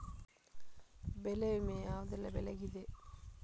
ಬೆಳೆ ವಿಮೆ ಯಾವುದೆಲ್ಲ ಬೆಳೆಗಿದೆ?